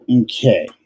Okay